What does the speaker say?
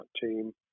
team